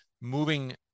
moving